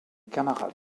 camarades